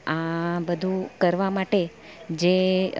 આ બધું કરવા માટે જે